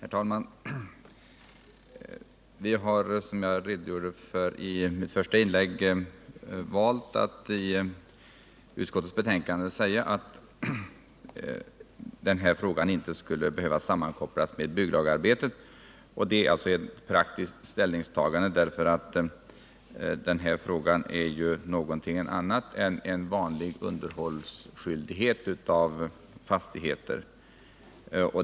Herr talman! Som jag redogjorde för i mitt första inlägg har vi valt att i utskottsbetänkandet säga att frågan om sanering efter industrier inte skulle behöva sammankopplas med bygglagarbetet. Detta är ett praktiskt ställningstagande därför att denna fråga gäller någonting annat än vanlig underhållningsskyldighet i fråga om fastigheter.